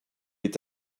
est